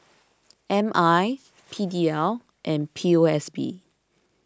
M I P D L and P O S B